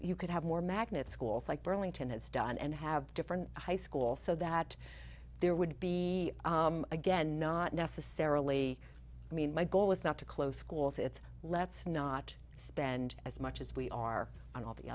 you could have more magnet schools like burlington has done and have different high schools so that there would be again not necessarily i mean my goal is not to close schools it's let's not spend as much as we are on all the